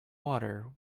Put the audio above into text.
water